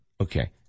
Okay